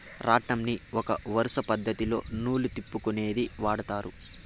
రాట్నంని ఒక వరుస పద్ధతిలో నూలు తిప్పుకొనేకి వాడతారు